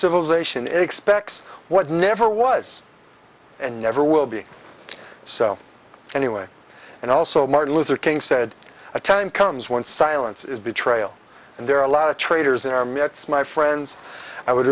civilization expects what never was and never will be so anyway and also martin luther king said a time comes when silence is betrayal and there are a lot of traders in our mets my friends i would